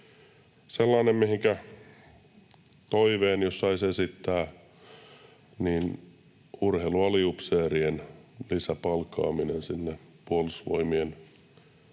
Sellaisen toiveen jos saisi esittää, että urheilualiupseerien lisäpalkkaaminen Puolustusvoimien alaisuuteen